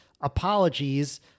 apologies